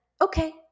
okay